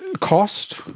cost?